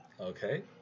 Okay